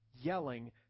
yelling